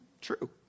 True